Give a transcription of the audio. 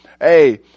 Hey